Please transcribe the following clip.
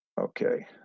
Okay